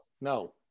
no